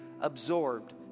absorbed